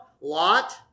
Lot